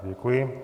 Děkuji.